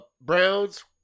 browns